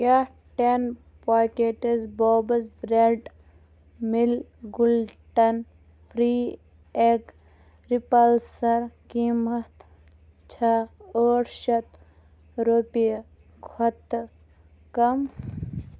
کیٛاہ ten packets Bob's Red Mill gluten free egg replacer قۭمتھ چھا ٲٹھ شتھ رۄپیہِ کھۄتہٕ کم